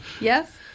Yes